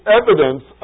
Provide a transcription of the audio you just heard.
evidence